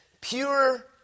pure